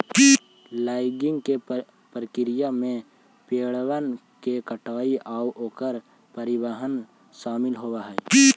logging के प्रक्रिया में पेड़बन के कटाई आउ ओकर परिवहन शामिल होब हई